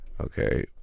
Okay